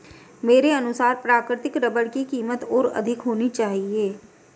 मेरे अनुसार प्राकृतिक रबर की कीमत और अधिक होनी चाहिए